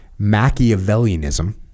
Machiavellianism